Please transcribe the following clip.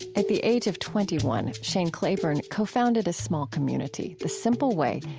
at the age of twenty one, shane claiborne co-founded a small community, the simple way,